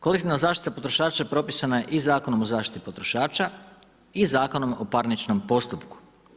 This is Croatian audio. Kolektivna zaštita potrošača, propisana je i Zakonom o zaštiti potrošača i Zakonom o parničkom postupku.